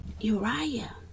Uriah